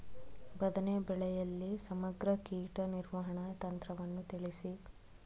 ಬದನೆ ಬೆಳೆಯಲ್ಲಿ ಸಮಗ್ರ ಕೀಟ ನಿರ್ವಹಣಾ ತಂತ್ರವನ್ನು ತಿಳಿಸಿ?